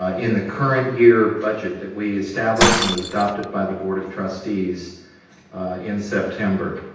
ah in the current year budget that we established and was adopted by the board of trustees in september.